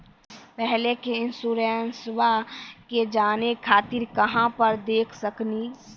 पहले के इंश्योरेंसबा के जाने खातिर कहां पर देख सकनी?